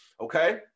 Okay